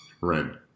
Ren